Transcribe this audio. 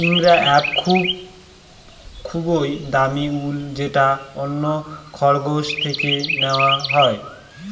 ইঙ্গরা এক খুবই দামি উল যেটা অন্য খরগোশ থেকে নেওয়া হয়